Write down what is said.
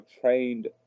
trained